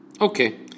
okay